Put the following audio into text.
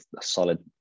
solid